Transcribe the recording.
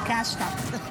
ריגשת.